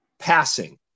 passing